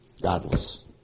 Godless